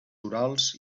urals